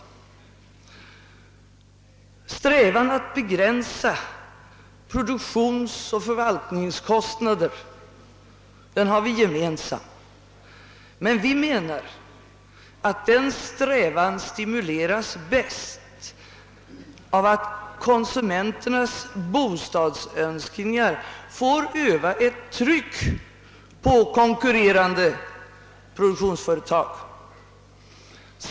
Strävan att begränsa produktionsoch förvaltningskostnaderna har vi gemensamt. Men vi anser att den strävan bäst stimuleras av att konsumenternas bostadsönskningar får öva ett tryck på konkurrerande produktionsföretag.